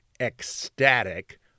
ecstatic